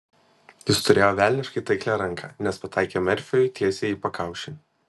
jis turėjo velniškai taiklią ranką nes pataikė merfiui tiesiai į pakaušį